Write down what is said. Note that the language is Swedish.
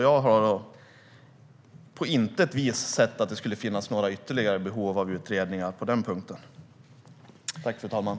Jag har på intet vis sett att det skulle finnas ytterligare behov av utredningar på den punkten.